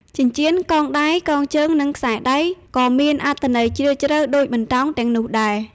ចិញ្ចៀន កងដៃ កងជើង និងខ្សែដៃក៏មានអត្ថន័យជ្រាលជ្រៅដូចបន្តោងទាំងនោះដែរ។